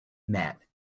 met